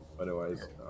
otherwise